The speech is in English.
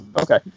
Okay